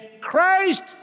Christ